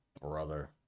brother